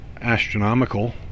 astronomical